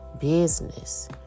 business